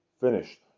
Finished